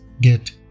get